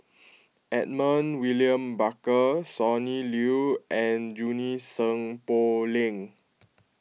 Edmund William Barker Sonny Liew and Junie Sng Poh Leng